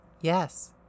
Yes